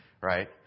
right